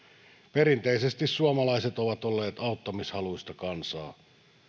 perinteisesti suomalaiset ovat olleet auttamishaluista kansaa